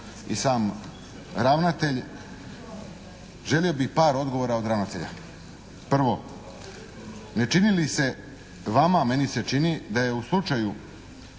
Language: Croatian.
i sam ravnatelj, želio bi par odgovora od ravnatelja. Prvo. Ne čini li se vama, meni se čini, da je slučaj